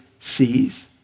sees